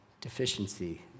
deficiency